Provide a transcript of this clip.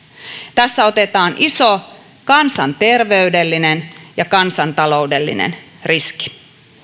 tässä otetaan iso kansanterveydellinen ja kansantaloudellinen riski